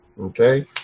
okay